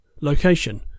location